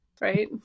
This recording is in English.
Right